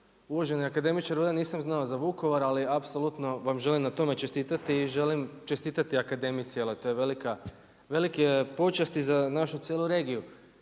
Uvaženi akademiče Rudan nisam znao za Vukovar, ali apsolutno vam želim na tom čestitati i želim čestitati akademici jel to je velika počast za našu cijelu regiju.